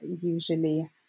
usually